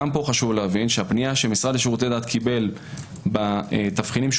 גם פה חשוב להבין שהפנייה שהמשרד לשירותי דת קיבל בתבחינים שהוא